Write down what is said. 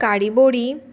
काडिबोडी